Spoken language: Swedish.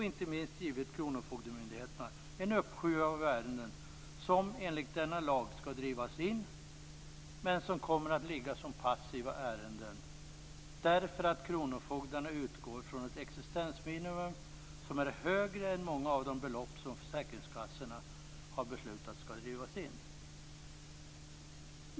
Den ger kronofogdemyndigheterna en uppsjö av ärenden som enligt denna lag skall leda till indrivning, men som kommer att ligga som passiva ärenden därför att kronofogdarna utgår från ett existensminimum som är högre än många av de belopp som försäkringskassorna har beslutat skall drivas in.